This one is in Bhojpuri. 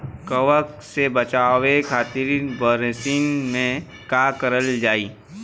कवक से बचावे खातिन बरसीन मे का करल जाई?